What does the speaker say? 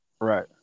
Right